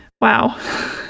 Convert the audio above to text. wow